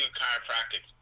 chiropractic